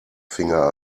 finger